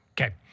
Okay